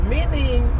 Meaning